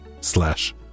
slash